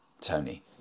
Tony